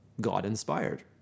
God-inspired